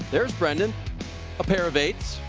there's brennan a pair of eights.